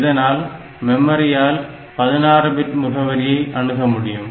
இதனால் மெமரியால் 16 பிட் முகவரியை அணுகமுடியும்